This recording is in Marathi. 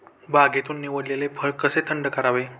बागेतून निवडलेले फळ कसे थंड करावे?